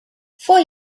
foi